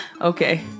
Okay